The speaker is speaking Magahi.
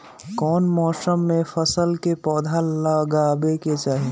कौन मौसम में फल के पौधा लगाबे के चाहि?